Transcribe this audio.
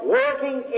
working